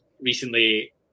recently